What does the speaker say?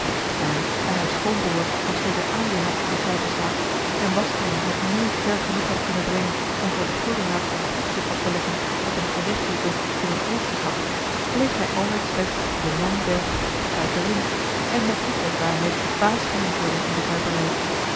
maar daar haar schoonbroêr nog zeker aandeel had in de kuiperszaak en bastiaan het nooit ver genoeg had kunnen brengen om voor den gildenraad zijn proefstuk af te leggen dat hem gerechtigde tot het meesterschap bleef hij altijd slechts de man der kuiperin en mocht niet met waarheid baas genoemd worden in de kuiperij